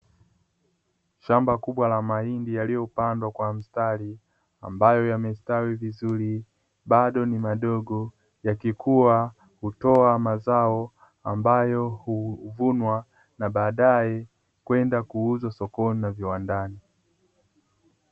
Shamba kubwa la mahindi yaliyopandwa kwa mstari ambayo yamestawi vizuri bado ni madogo, yakikua hutoa mazao ambayo huvunwa na badae kwenda kuuzwa sokoni na viwandani.